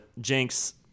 Jinx